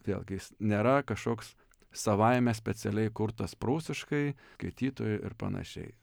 vėlgi jis nėra kažkoks savaime specialiai kurtas prūsiškai skaitytojui ir panašiai